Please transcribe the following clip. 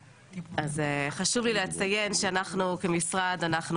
חשוב לי לציין שאנחנו כמשרד ממשלתי אנחנו